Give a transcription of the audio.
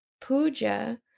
Puja